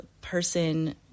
person